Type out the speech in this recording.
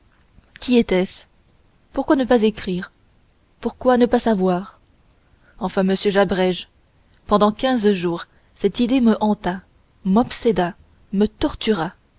qui était-ce pourquoi ne pas écrire pourquoi ne pas savoir enfin monsieur j'abrège pendant quinze jours cette idée me hanta m'obséda me tortura